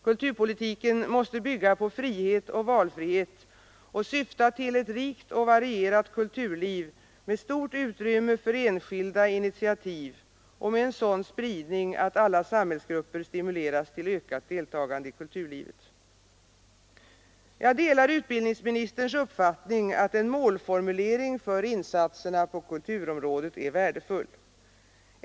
Kulturpolitiken måste bygga på frihet och valfrihet och syfta till ett rikt och varierat kulturliv med stort utrymme för enskilda initiativ och med sådan spridning att alla samhällsgrupper stimuleras till ökat deltagande i kulturlivet. Jag delar utbildningsministerns uppfattning att en målformulering för insatserna på kulturområdet är värdefull.